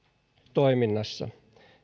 toiminnassa